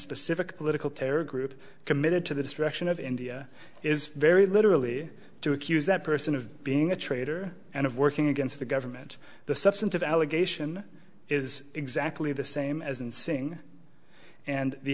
terror group committed to the destruction of india is very literally to accuse that person of being a traitor and of working against the government the substantive allegation is exactly the same as in seeing and the